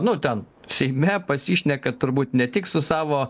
nu ten seime pasišnekat turbūt ne tik su savo